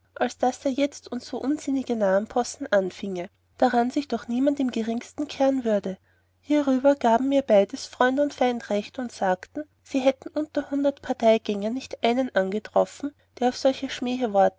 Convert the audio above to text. als daß er jetzund so unsinnige narrenpossen anfienge daran sich doch niemand im geringsten kehren würde hierüber gaben mir beides freund und feind recht und sagten sie hätten unter hundert parteigängern nicht einen angetroffen der auf solche